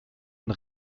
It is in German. und